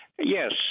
Yes